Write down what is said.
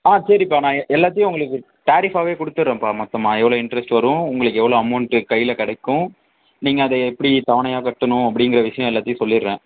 ஆ சரிப்பா நான் எல்லாத்தையும் உங்களுக்கு டாரிஃபாவே கொடுத்துட்றேன்பா மொத்தமாக எவ்வளோ இன்ட்ரெஸ்ட் வரும் உங்களுக்கு எவ்வளோ அமௌண்ட்டு கையில் கிடைக்கும் நீங்கள் அதை எப்படி தவணையாக கட்டணும் அப்படிங்கிற விஷயம் எல்லாத்தையும் சொல்லிடுறேன்